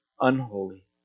unholy